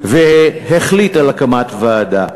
והחליט על הקמת ועדה.